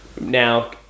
now